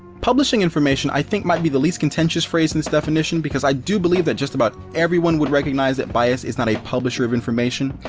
publishing information i think might be the least contentious phrase in this definition because i do believe that just about everyone would recognize that bias is not a publisher of information,